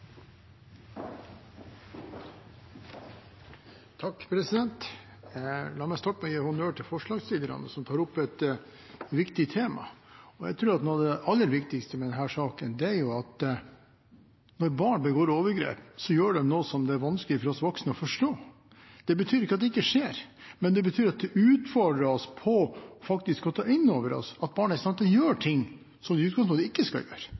La meg starte med å gi honnør til forslagsstillerne, som tar opp et viktig tema. Jeg tror at noe av det aller viktigste med denne saken er at når barn begår overgrep, gjør de noe som det er vanskelig for oss voksne å forstå. Det betyr ikke at det ikke skjer, men det betyr at det utfordrer oss til faktisk å ta innover oss at barn er i stand til å gjøre ting som de i utgangspunktet ikke skal gjøre.